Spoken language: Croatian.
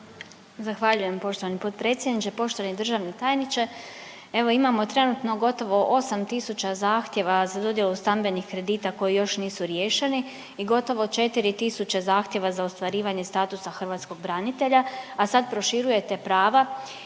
Zahvaljujem poštovani potpredsjedniče, poštovani državni tajniče. Evo, imamo trenutno gotovo 8 tisuća zahtjeva za dodjelu stambenih kredita koji još nisu riješeni i gotovo 4 tisuće zahtjeva za ostvarivanje statusa hrvatskog branitelja, a sad proširujete prava